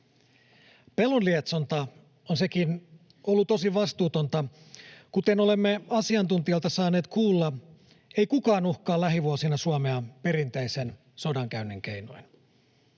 Pelon lietsonta on sekin ollut tosi vastuutonta. Kuten olemme asiantuntijoilta saaneet kuulla, ei kukaan uhkaa lähivuosina Suomea perinteisen sodankäynnin keinoin.